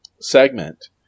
segment